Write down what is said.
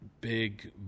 big